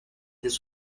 this